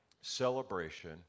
celebration